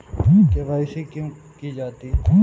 KYC क्यों की जाती है?